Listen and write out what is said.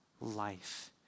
life